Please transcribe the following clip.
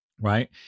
right